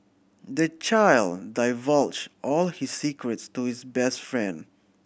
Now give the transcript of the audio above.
the child divulged all his secrets to his best friend